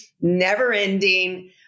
never-ending